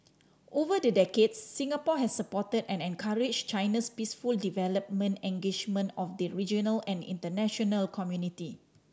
over the decades Singapore has supported and encouraged China's peaceful development engagement of the regional and international community